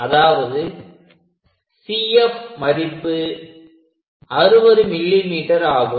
அதாவது CF மதிப்பு 60 mm ஆகும்